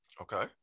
Okay